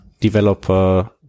developer